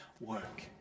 work